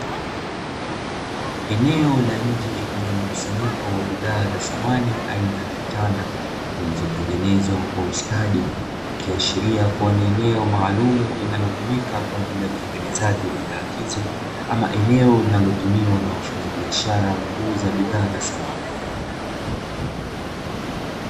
Enwo la nje lenye mkusanyiko wa bidhaa za samani aina ya vitanda zilizotengenezwa kwa ustadi zikiashiria kuwa ni eneo maalumu linalotumika kwa ajili ya utengenezaji wa bidhaa hizo ama eneo linalotumiwa na wafanyabiashara wakuuza bidhaa za samani.